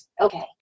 okay